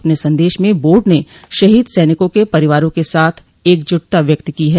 अपने संदेश में बोर्ड ने शहीद सैनिकों के परिवारों के साथ एकजुटता व्यक्त की है